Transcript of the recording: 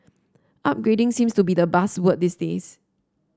upgrading seems to be the buzzword these days